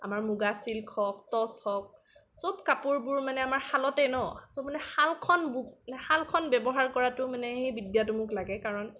আমাৰ মূগা ছিল্ক হওক টছ হওক চব কাপোৰবোৰ আমাৰ শালতে ন চ' মানে শালখন শালখন ব্যৱহাৰ কৰাটো মানে সেই বিদ্যাটো মোক লাগে কাৰণ